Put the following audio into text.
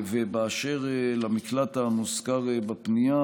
ובאשר למקלט המוזכר בפנייה,